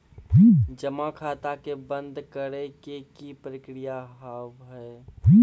जमा खाता के बंद करे के की प्रक्रिया हाव हाय?